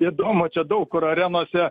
įdomu čia daug kur arenose